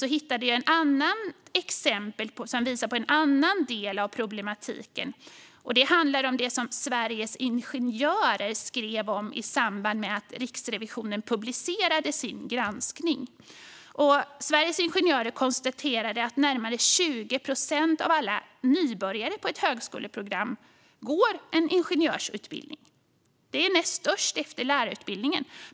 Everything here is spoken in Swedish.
Då hittade jag ett exempel som visar på en annan del av problemet, nämligen det som Sveriges Ingenjörer skrev om i samband med att Riksrevisionen publicerade sin granskning. Sveriges Ingenjörer konstaterade att närmare 20 procent av alla nybörjare på ett högskoleprogram går en ingenjörsutbildning. Den är näst störst efter lärarutbildningen.